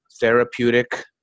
therapeutic